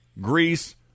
Greece